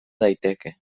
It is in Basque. daiteke